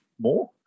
more